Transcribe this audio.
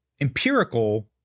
empirical